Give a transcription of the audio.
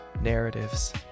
narratives